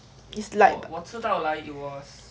it's like